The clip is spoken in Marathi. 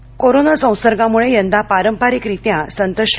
देहू कोरोना संसर्गामुळे यंदा पारंपरिकरित्या संत श्री